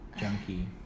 Junkie